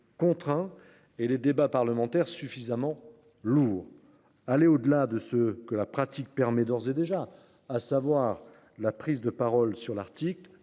contraint ? Les débats parlementaires ne sont ils pas suffisamment lourds ? Aller au delà de ce que la pratique permet d’ores et déjà – à savoir la prise de parole sur l’article